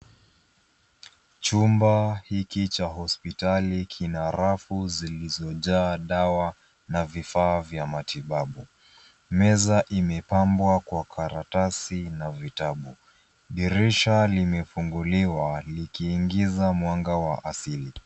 Chumba hiki cha hospitali kina rafu zilizojaa dawa na vifaa vya matibabu. Meza imepambwa kwa karatasi na vitabu. Dirisha limefunguliwa likiingiza mwanga wa asili.